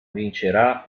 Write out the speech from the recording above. vincerà